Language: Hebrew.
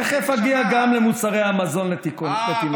תכף אגיע גם למוצרי המזון לתינוקות.